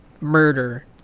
murder